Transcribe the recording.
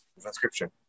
Transcription